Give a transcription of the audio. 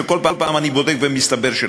וכל פעם אני בודק ומסתבר שלא.